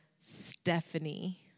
Stephanie